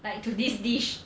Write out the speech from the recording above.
like to this dish